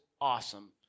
awesome